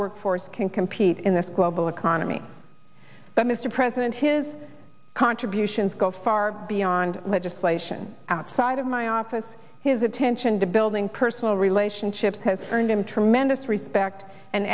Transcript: workforce can compete in this global economy but mr president his contributions go far beyond legislation outside of my office his attention to building personal relationships has earned him tremendous respect and